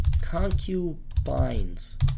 Concubines